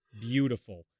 Beautiful